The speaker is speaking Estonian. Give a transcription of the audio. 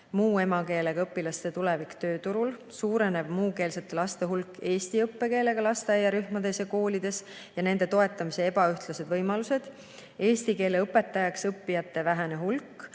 muu emakeelega õpilaste tulevik tööturul, suurenev muukeelsete laste hulk eesti õppekeelega lasteaiarühmades ja koolides ja nende toetamise ebaühtlased võimalused, eesti keele õpetajaks õppijate vähene hulk,